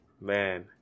Man